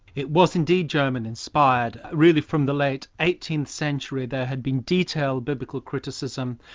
it was indeed german inspired really from the late eighteenth century there had been detailed biblical criticism.